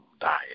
died